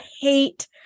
hate